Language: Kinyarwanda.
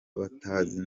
batazi